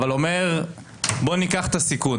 אבל גם הם משרתים,